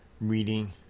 reading